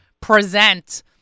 present